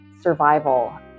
survival